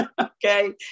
okay